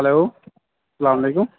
hello اَسلامُ عَلیکُم